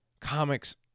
comics